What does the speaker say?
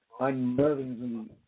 unnervingly